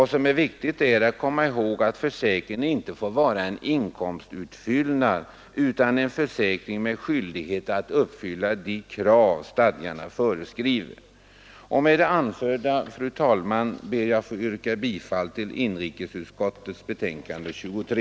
Det är viktigt att komma ihåg att försäkringen inte får vara en inkomstutfyllnad utan är en försäkring med skyldighet att uppfylla de krav som stadgarna föreskriver. Med det anförda, fru talman, ber jag att få yrka bifall till inrikesutskottets betänkande nr 23.